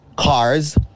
Cars